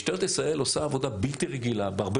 משטרת ישראל עושה עבודה בלתי רגילה בהרבה